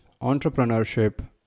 entrepreneurship